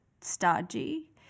stodgy